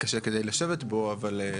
קודם כל,